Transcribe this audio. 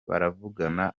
baravugana